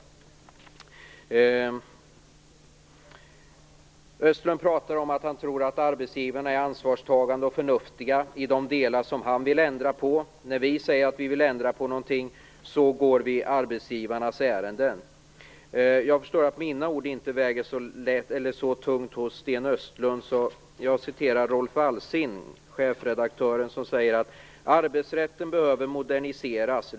Sten Östlund talar om att han tror att arbetsgivarna är ansvarstagande och förnuftiga i de delar som han vill ändra på. När vi säger att vi vill ändra på någonting, heter det att vi går arbetsgivarnas ärenden. Jag förstår att mina ord inte väger så tungt för Sten Östlund, så jag skall återge vad chefredaktör Rolf Alsing har sagt: Arbetsrätten behöver moderniseras.